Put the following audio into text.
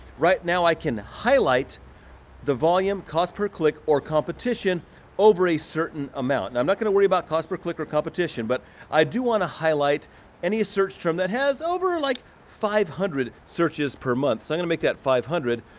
right now i can highlight the volume cost per click or competition over a certain amount. now and i'm not gonna worry about cost per click or competition, but i do wanna highlight any search term that has over like five hundred searches per month. so i'm gonna make that five hundred.